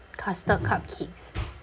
custard cupcakes